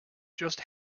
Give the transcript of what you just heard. just